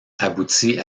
aboutit